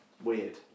Weird